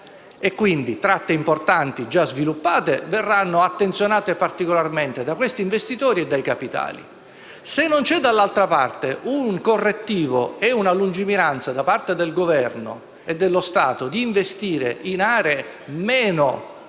Quindi, tratte importanti già sviluppate verranno attenzionate particolarmente dagli investitori e dai capitali. Se non ci sono dall'altra parte un correttivo e una lungimiranza, da parte del Governo e dello Stato, di investire in aree meno organizzate,